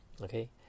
okay